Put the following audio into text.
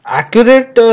accurate